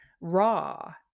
raw